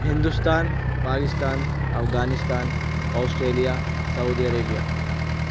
Hindustan Pakistan Afghanistan Australia Saudi Arabia